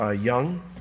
young